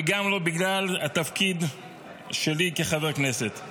וגם לא בגלל התפקיד שלי כחבר כנסת,